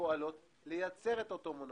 שפועלות לייצר את אותו מונופול.